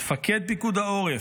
מפקד פיקוד העורף,